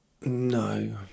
no